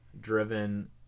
driven